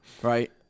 Right